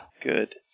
Good